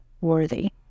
worthy